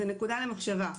זו נקודה למחשבה.